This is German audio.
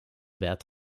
wert